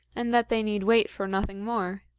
and that they need wait for nothing more.